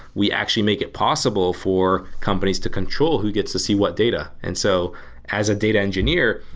we actually make it possible for companies to control who gets to see what data. and so as a data engineer,